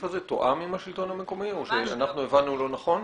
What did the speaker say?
הזה תואם עם השלטון המקומי או שאנחנו הבנו לא נכון?